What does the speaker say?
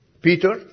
Peter